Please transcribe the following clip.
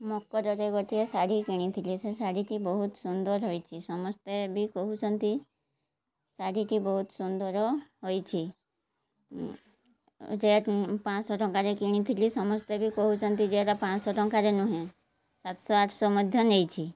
ମକରରେ ଗୋଟିଏ ଶାଢ଼ୀ କିଣିଥିଲି ସେ ଶାଢ଼ୀଟି ବହୁତ ସୁନ୍ଦର ହୋଇଛି ସମସ୍ତେ ବି କହୁଛନ୍ତି ଶାଢ଼ୀଟି ବହୁତ ସୁନ୍ଦର ହୋଇଛି ଯେ ପାଞ୍ଚ ଶହ ଟଙ୍କାରେ କିଣିଥିଲି ସମସ୍ତେ ବି କହୁଛନ୍ତି ଯେ ଏଇଟା ପାଞ୍ଚ ଶହ ଟଙ୍କାରେ ନୁହେଁ ସାତଶହ ଆଠଶହ ମଧ୍ୟ ନେଇଛି